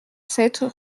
sept